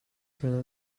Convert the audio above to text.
friend